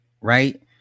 right